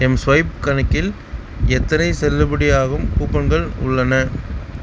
mSwipe கணக்கில் எத்தனை செல்லுபடியாகும் கூப்பன்கள் உள்ளன